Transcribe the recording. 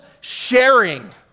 sharing